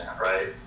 Right